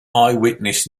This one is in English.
eyewitness